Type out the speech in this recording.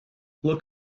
look